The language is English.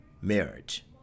marriage